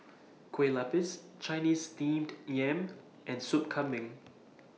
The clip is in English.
Kueh Lapis Chinese Steamed Yam and Sup Kambing